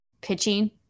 pitching